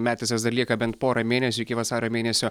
metisas dar lieka bent pora mėnesių iki vasario mėnesio